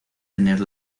tener